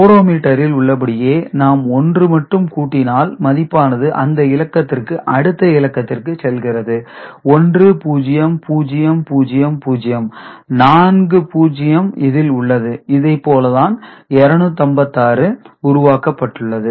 odometer இல் உள்ளபடியே நாம் ஒன்று மட்டும் கூட்டினால் மதிப்பானது அந்த இலக்கத்திற்கு அடுத்த இலக்கத்திற்கு செல்கிறது 1 0 0 0 0 நான்கு 0 இதில் உள்ளது இதைப்போல தான் 256 உருவாக்கப்பட்டுள்ளது